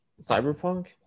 Cyberpunk